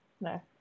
No